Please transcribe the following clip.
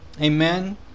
Amen